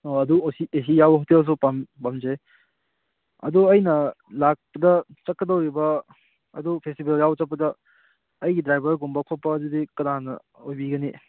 ꯑꯣ ꯑꯗꯨ A C ꯌꯥꯎꯕ ꯍꯣꯇꯦꯜꯁꯨ ꯄꯥꯝꯖꯩ ꯑꯗꯨ ꯑꯩꯅ ꯂꯥꯛꯄꯗ ꯆꯠꯀꯗꯧꯔꯤꯕ ꯑꯗꯨ ꯐꯦꯁꯇꯤꯕꯦꯜ ꯌꯥꯎ ꯆꯠꯄꯗ ꯑꯩꯒꯤ ꯗ꯭ꯔꯥꯏꯕꯔꯒꯨꯝꯕ ꯈꯣꯠꯄꯗꯨꯗꯤ ꯀꯅꯥꯅ ꯑꯣꯏꯕꯤꯒꯅꯤ